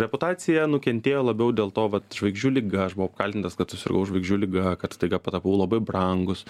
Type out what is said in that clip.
reputacija nukentėjo labiau dėl to vat žvaigždžių liga aš buvau apkaltintas kad susirgau žvaigždžių liga kad staiga patapau labai brangus